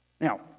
Now